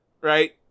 right